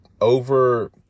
over